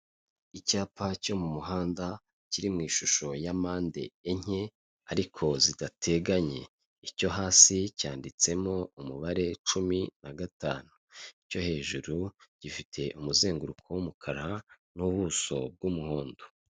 Icyapa cyo mu muhanda kiri mu ishusho ya mpande enye ariko zidateganye, icyo hasi cyanditsemo umubare cumi na gatanu, icyo hejuru gifite umuzenguruko w'umukara n'ubuso bw'umuhondo.